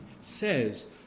says